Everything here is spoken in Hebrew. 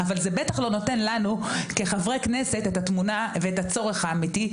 אבל זה בטח לא נותן לנו כחברי כנסת את התמונה ואת הצורך האמיתי,